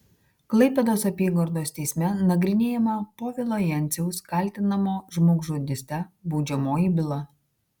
klaipėdos apygardos teisme nagrinėjama povilo jenciaus kaltinamo žmogžudyste baudžiamoji byla